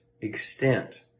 extent